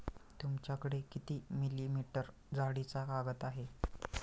तुमच्याकडे किती मिलीमीटर जाडीचा कागद आहे?